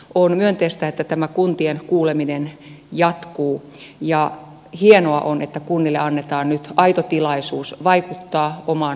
on myönteistä että tämä kuntien kuuleminen jatkuu ja hienoa on että kunnille annetaan nyt aito tilaisuus vaikuttaa omaan tulevaisuuteensa